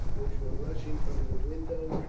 which were rushing from the windows,